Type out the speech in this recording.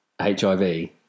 HIV